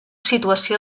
situació